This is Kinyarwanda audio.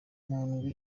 ndwi